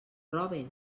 roben